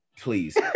Please